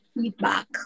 feedback